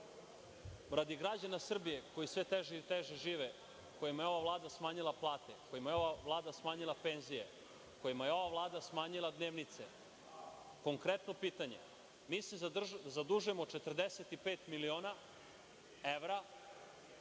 Radi građana Srbije koji sve teže i teže žive, kojima je ova Vlada smanjila plate, kojima je ova Vlada smanjila penzije, kojima je ova Vlada smanjila dnevnice, konkretno pitanje, mi se zadužujemo 45 miliona evra,